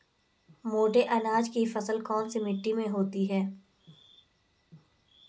मोटे अनाज की फसल कौन सी मिट्टी में होती है?